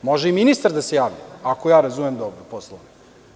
Može i ministar da se javi, ako ja razumem dobro Poslovnik.